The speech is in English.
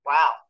Wow